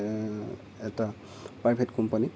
এটা প্ৰাইভেট কোম্পানীত